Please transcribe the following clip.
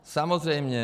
Samozřejmě.